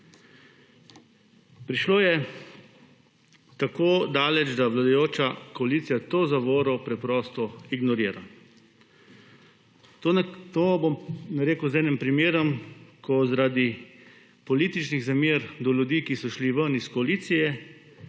Prišlo je tako daleč, da vladajoča koalicija to zavoro preprosto ignorira. To bom rekel z enim primerom, ko zaradi političnih zamer do ljudi, ki so šli ven iz koalicije